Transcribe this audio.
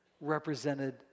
represented